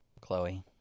Chloe